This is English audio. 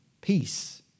Peace